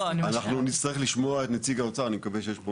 בדיוק, אנחנו נצטרך לשמוע את נציג האוצר,